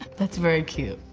that's very cute.